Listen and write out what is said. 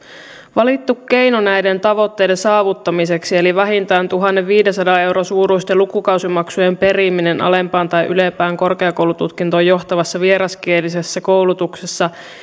valittu keino näiden tavoitteiden saavuttamiseksi eli vähintään tuhannenviidensadan euron suuruisten lukukausimaksujen periminen alempaan tai ylempään korkeakoulututkintoon johtavassa vieraskielisessä koulutuksessa